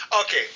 okay